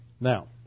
Now